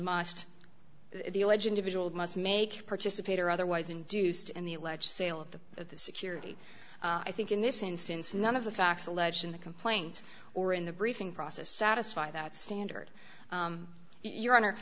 alleged individual must make participate or otherwise induced in the alleged sale of the of the security i think in this instance none of the facts alleged in the complaint or in the briefing process satisfy that standard your honor